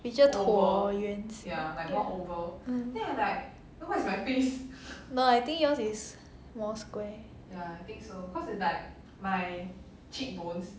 比较椭圆形 ya mm no I think yours is more square